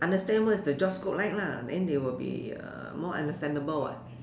understand what is the job scope like lah then they will be uh more understandable [what]